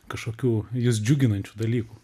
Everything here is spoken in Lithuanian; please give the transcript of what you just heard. kažkokių jus džiuginančių dalykų